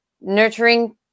nurturing